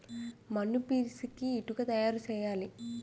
మన్ను పిసికి ఇటుక తయారు చేయాలి